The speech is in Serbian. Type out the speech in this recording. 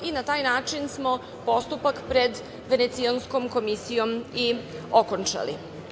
Na taj način smo postupak pred Venecijanskom komisijom i okončali.